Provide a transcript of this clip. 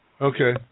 Okay